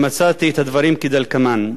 ומצאתי את הדברים כדלקמן: